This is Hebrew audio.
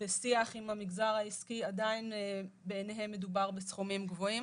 בשיח עם המגזר העסקי עדיין בעיניהם מדובר בסכומים גבוהים.